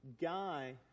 guy